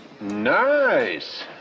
Nice